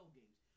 games